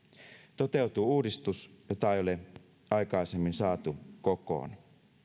toteutuu uudistus jota ei ole aikaisemmin saatu kokoon